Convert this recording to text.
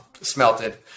smelted